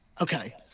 okay